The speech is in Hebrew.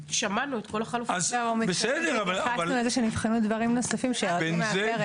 הוא מתכוון לזה שנבחנו דברים נוספים שיורדים מהפרק.